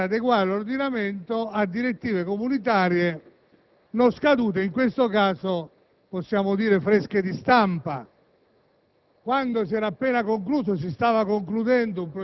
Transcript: di ricorso a decreti-legge per adeguare l'ordinamento a direttive comunitarie non scadute e in questo caso - possiamo dire - fresche di stampa,